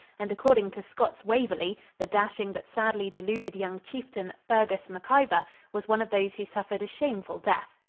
and according to scott's waverly the dashing but sadly deluded young chieftain, fergus mcivor, was one of those who suffered a shameful death.